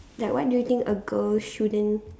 like what do you think a girl shouldn't